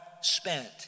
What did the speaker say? spent